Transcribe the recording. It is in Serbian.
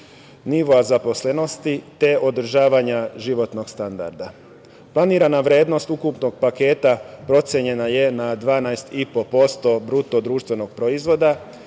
nivoa zaposlenosti, te održavanja životnog standarda. Planirana vrednost ukupnog paketa procenjena je na 12,5% BDP. Jedna od